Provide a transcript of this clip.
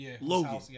Logan